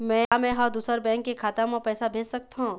का मैं ह दूसर बैंक के खाता म पैसा भेज सकथों?